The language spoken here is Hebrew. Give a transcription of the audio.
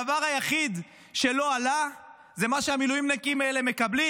הדבר היחיד שלא עלה זה מה שהמילואימניקים האלה מקבלים.